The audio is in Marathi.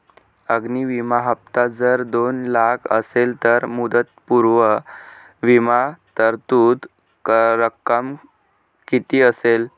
अग्नि विमा हफ्ता जर दोन लाख असेल तर मुदतपूर्व विमा तरतूद रक्कम किती असेल?